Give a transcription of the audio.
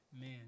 Man